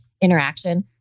interaction